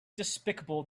despicable